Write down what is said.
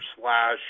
slash